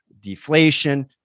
deflation